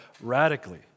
radically